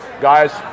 guys